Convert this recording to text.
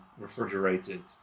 refrigerated